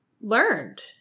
learned